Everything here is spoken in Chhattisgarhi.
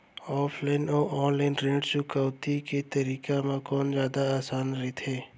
ऑफलाइन अऊ ऑनलाइन ऋण चुकौती के तरीका म कोन जादा आसान परही?